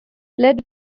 fled